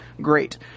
Great